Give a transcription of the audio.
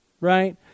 right